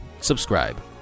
subscribe